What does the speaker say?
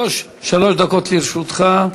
שלוש דקות לרשותך.